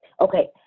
Okay